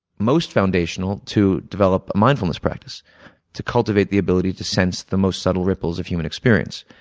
most foundational to develop a mindfulness practice to cultivate the ability to sense the most subtle ripples of human experience.